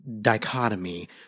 dichotomy